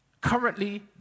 Currently